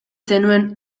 zenuen